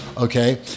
Okay